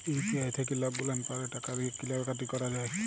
UPI থ্যাইকে লকগুলাল পারে টাকা দিঁয়ে কিলা কাটি ক্যরা যায়